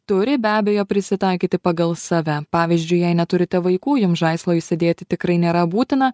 turi be abejo prisitaikyti pagal save pavyzdžiui jei neturite vaikų jums žaislo įsidėti tikrai nėra būtina